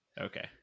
Okay